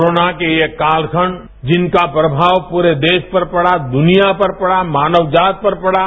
corona के ये काल खण्ड जिनका प्रभाव पूरे देश पर पड़ा दुनिया पर पड़ा मानव जाति पर पड़ा